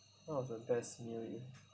one of the best meal in